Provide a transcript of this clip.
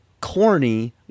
corny